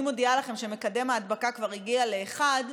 אני מודיעה לכם שמקדם ההדבקה כבר הגיע ל-1.